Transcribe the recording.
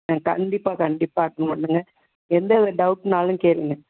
கண்டிப்பாக கண்டிப்பாக அட்டண்ட் பண்ணுங்கள் எந்தவித டவுட்னாலும் கேளுங்கள்